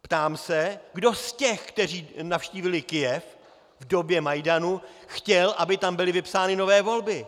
Ptám se, kdo z těch, kteří navštívili Kyjev v době Majdanu, chtěl, aby tam byly vypsány nové volby.